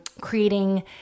creating